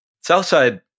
Southside